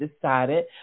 decided